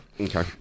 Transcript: Okay